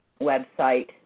website